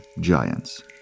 giants